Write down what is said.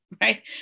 right